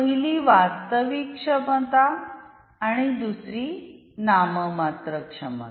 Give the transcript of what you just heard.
पहिली वास्तविक क्षमता आणि दुसरी नाममात्र क्षमता